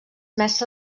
mestre